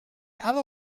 other